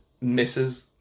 misses